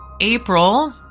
April